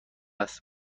است